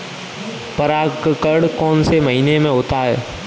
परागण कौन से महीने में होता है?